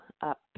up